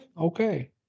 Okay